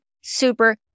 super